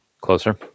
closer